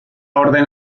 orden